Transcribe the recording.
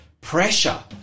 pressure